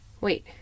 Wait